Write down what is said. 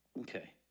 Okay